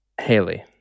Haley